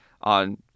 on